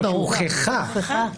הוכחה.